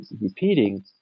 repeating